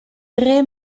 tre